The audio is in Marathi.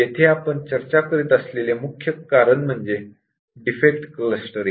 येथे आपण चर्चा करीत असलेले मुख्य कारण म्हणजे डिफेक्ट क्लस्टरिंग